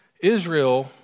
Israel